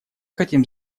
хотим